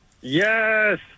Yes